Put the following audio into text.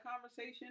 conversation